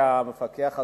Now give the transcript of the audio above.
המפקח הזה,